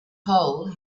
hole